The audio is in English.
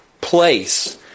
place